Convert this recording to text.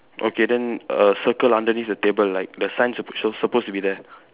okay then err circle underneath the table like the sign sup~ sh~ supposed to be there